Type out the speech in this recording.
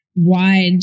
wide